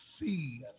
see